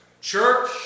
Church